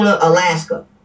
Alaska